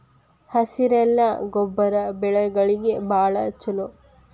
ಹಸಿರೆಲೆ ಗೊಬ್ಬರ ಬೆಳೆಗಳಿಗೆ ಬಾಳ ಚಲೋ